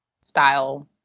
style